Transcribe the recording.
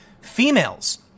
females